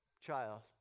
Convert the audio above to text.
child